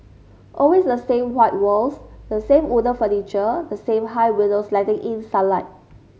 always the same white walls the same wooden furniture the same high windows letting in sunlight